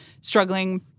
struggling